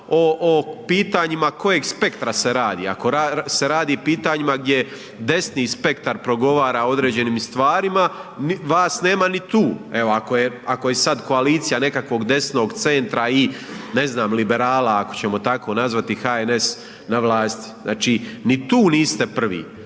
o pitanjima kojeg spektra se radi. Ako se radi o pitanjima gdje desni spektar progovara o određenim stvarima, vas nema ni tu. Evo ako je sada koalicija nekakvog desnog centra i ne znam liberala ako ćemo tako nazvati HNS na vlasti, znači ni tu niste prvi.